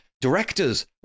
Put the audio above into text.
directors